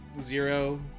Zero